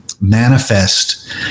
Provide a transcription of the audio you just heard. manifest